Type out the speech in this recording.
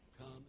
come